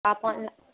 आप ऑनलाइन